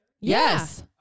Yes